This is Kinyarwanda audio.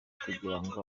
kugirango